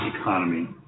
economy